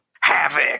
Havoc